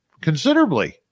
considerably